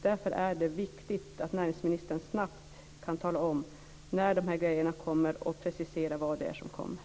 Därför är det viktigt att näringsministern snabbt kan tala om när allt ska genomföras och vad det är som ska genomföras.